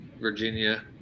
Virginia